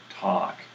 talk